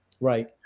Right